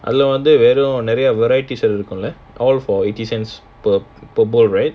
அது வந்து நிறைய:adhu vandhu niraiya variety இருக்கும்ல:irukkumla all for eighty cents pe~ per bowl right